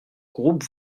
groupe